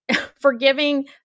forgiving